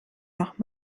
noch